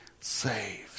saved